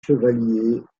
chevaliers